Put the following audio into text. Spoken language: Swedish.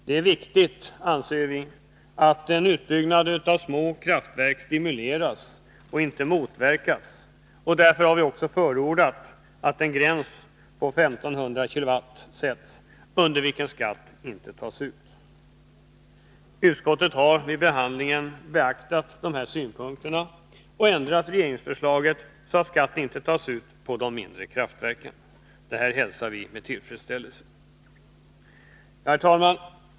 Vi anser att det är viktigt att en utbyggnad av små kraftverk stimuleras och inte motverkas, och därför har vi förordat att en gräns på 1500 kW sätts, under vilken skatt inte tas ut. Utskottet har vid behandlingen beaktat dessa synpunkter och ändrat regeringsförslaget så att skatt inte tas ut på de mindre kraftverken. Detta hälsar vi med tillfredsställelse. Herr talman!